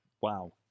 Wow